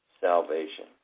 salvation